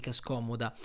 scomoda